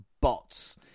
bots